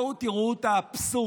כאילו לא מטילים מיסים, כאילו.